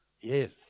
Yes